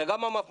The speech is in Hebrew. אתה גם המפמ"ר,